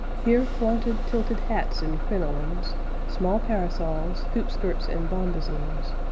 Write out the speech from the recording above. here flaunted tilted hats and crinolines, small parasols, hoopskirts, and bombazines,